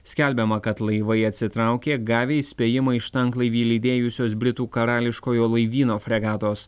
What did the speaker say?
skelbiama kad laivai atsitraukė gavę įspėjimą iš tanklaivį lydėjusios britų karališkojo laivyno fregatos